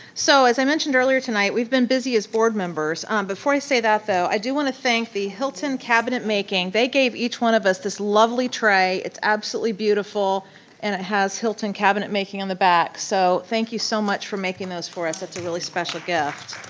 so as i mentioned earlier tonight, we've been busy as board members. before i say that though, i do wanna thank the hylton cabinet making. they gave each one of us this lovely tray. it's absolutely beautiful and it has hylton cabinet making on the back so thank you so much for making those for us, it's a really special gift.